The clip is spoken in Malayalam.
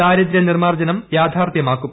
ദാരിദ്ര്യ നിർമ്മാർജ്ജനം യാഥാർത്ഥ്യമാക്കും